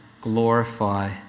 glorify